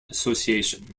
association